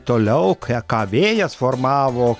toliau ką vėjas formavo